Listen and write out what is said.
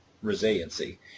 resiliency